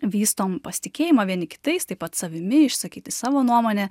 vystom pasitikėjimą vieni kitais taip pat savimi išsakyti savo nuomonę